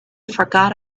forgot